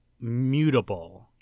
mutable